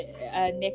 next